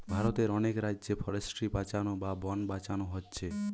ভারতের অনেক রাজ্যে ফরেস্ট্রি বাঁচানা বা বন বাঁচানা হচ্ছে